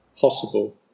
possible